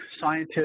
scientists